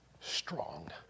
strong